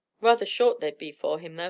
rather short they'd be for him, though.